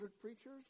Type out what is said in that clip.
preachers